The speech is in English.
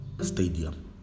Stadium